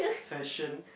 session